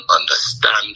understand